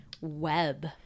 web